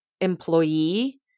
employee